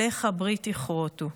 עליך ברית יכרֹתו".